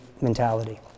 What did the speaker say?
mentality